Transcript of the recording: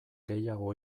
gehiago